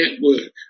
network